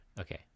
Okay